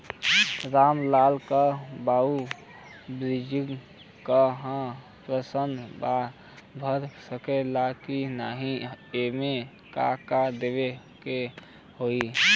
राम लाल के बाऊ बुजुर्ग ह ऊ पेंशन बदे भर सके ले की नाही एमे का का देवे के होई?